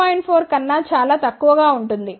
4 కన్నా చాలా తక్కువగా ఉంటుంది